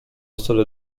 stole